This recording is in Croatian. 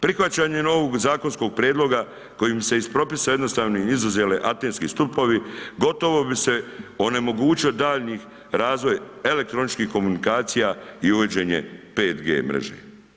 Prihvaćanje novog zakonskog prijedloga kojim se iz propisa jednostavno izuzele antenski stupovi, gotovo bi se onemogućio daljnji razvoj elektroničkih komunikacija i uvođenje 5G mreže.